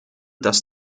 dass